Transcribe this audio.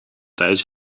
tijdens